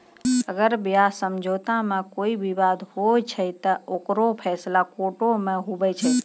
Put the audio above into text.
अगर ब्याज समझौता मे कोई बिबाद होय छै ते ओकरो फैसला कोटो मे हुवै छै